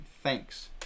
Thanks